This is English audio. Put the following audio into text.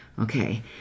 okay